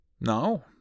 No